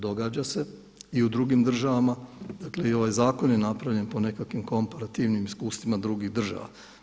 Događa se i u drugim državama, dakle i ovaj zakon je napravljen po nekakvim komparativnim iskustvima drugih država.